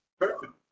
Perfect